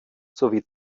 sowie